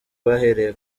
bahereye